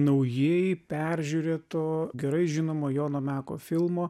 naujai peržiūrėto gerai žinomo jono meko filmo